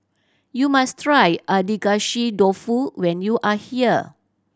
you must try Agedashi Dofu when you are here